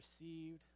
received